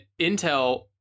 Intel